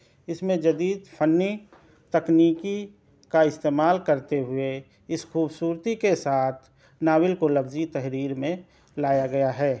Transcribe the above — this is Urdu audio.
اس میں جدید فنی تکنیکی کا استعمال کرتے ہوئے اس خوبصورتی کے ساتھ ناول کو لفظی تحریر میں لایا گیا ہے